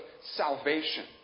salvation